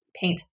paint